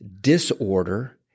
disorder